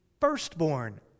firstborn